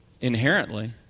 inherently